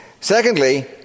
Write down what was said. Secondly